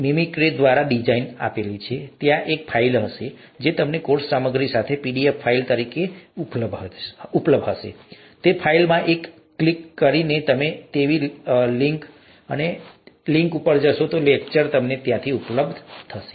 mimicry દ્વારા design આ છે ત્યાં એક ફાઇલ હશે જે તમને કોર્સ સામગ્રી સાથે પીડીએફ ફાઇલ તરીકે ઉપલબ્ધ હશે તે ફાઇલમાં આ એક ક્લિક કરી શકાય તેવી લિંક હશે તે દરેક લેક્ચર સાથે ઉપલબ્ધ હશે